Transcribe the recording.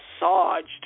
massaged